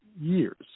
years